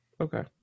Okay